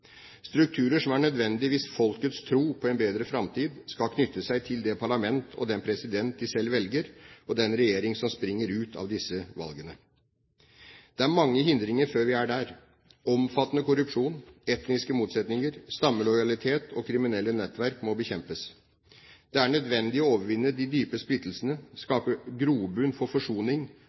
strukturer som er nødvendig hvis folkets tro på en bedre framtid skal knytte seg til det parlament og den president de selv velger, og den regjering som springer ut av disse valgene. Det er mange hindringer før vi er der. Omfattende korrupsjon, etniske motsetninger, stammelojalitet og kriminelle nettverk må bekjempes. Det er nødvendig å overvinne de dype splittelsene, skape grobunn for forsoning